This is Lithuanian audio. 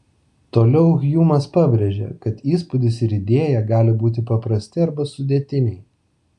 toliau hjumas pabrėžia kad įspūdis ir idėja gali būti paprasti arba sudėtiniai